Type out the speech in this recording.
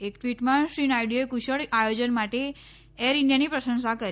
એક ટ્વીટમાં શ્રી નાયડુએ કુશળ આયો ન માટે એર ઇન્ડીયાની પ્રશંસા કરી